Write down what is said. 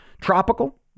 tropical